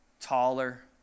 taller